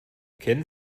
kennen